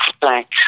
thanks